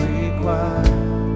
required